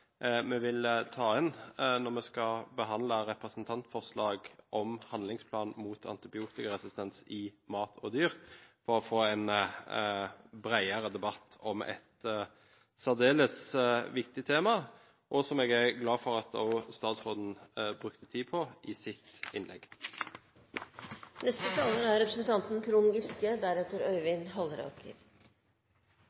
vi vil ta inn når vi skal behandle representantforslaget om handlingsplan mot antibiotikaresistens i mat og dyr for å få en bredere debatt om et særdeles viktig tema, og som jeg er glad for at også statsråden brukte tid på i sitt